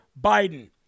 Biden